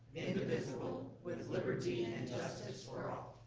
indivisible, with liberty and and justice for ah